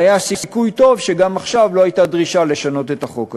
והיה סיכוי טוב שגם עכשיו לא הייתה דרישה לשנות את החוק הזה.